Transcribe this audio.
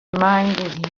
reminded